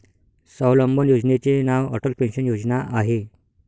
स्वावलंबन योजनेचे नाव अटल पेन्शन योजना आहे